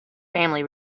family